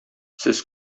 сез